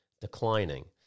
declining